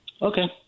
Okay